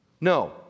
no